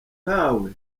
nkawe